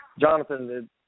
Jonathan